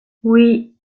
oui